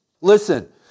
Listen